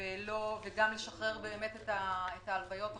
וגם לשחרר את ההלוויות החוצה.